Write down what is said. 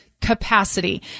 capacity